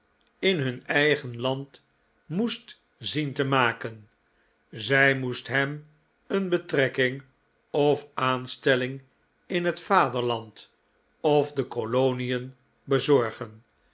in httn eigen land moest zien te makcn zij moest hem een betrekking of aanstclling in het vaderland of de kolonien